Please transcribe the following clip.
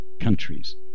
countries